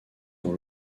dans